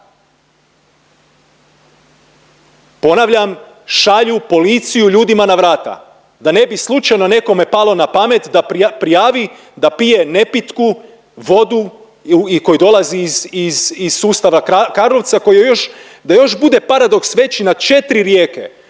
Ponavljam, šalju policiju ljudima na vrata da ne bi slučajno nekome palo na pamet da prijavi da pije nepitku vodu koja dolazi iz sustava Karlovca koju još da još bude paradoks veći na četri rijeke,